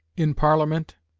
in parliament,